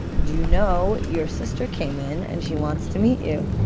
do you know your sister came in and she wants to meet you.